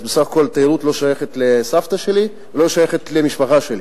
בסך הכול התיירות לא שייכת לסבתא שלי ולא שייכת למשפחה שלי,